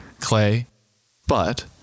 clay—but